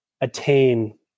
attain